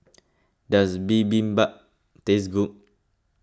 does Bibimbap taste good